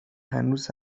هنوز